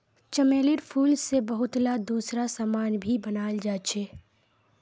चमेलीर फूल से बहुतला दूसरा समान भी बनाल जा छे